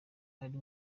ari